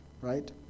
Right